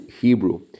Hebrew